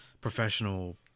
professional